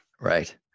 Right